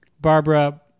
Barbara